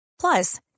Plus